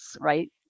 right